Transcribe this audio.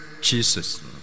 Jesus